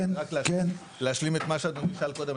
רק להשלים את מה שאדוני שאל קודם.